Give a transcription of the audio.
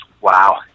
Wow